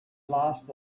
lost